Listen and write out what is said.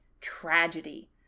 tragedy